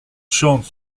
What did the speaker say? chante